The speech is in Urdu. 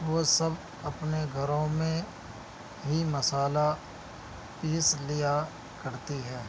وہ سب اپنے گھروں میں ہی مصالحہ پیس لیا کرتی ہے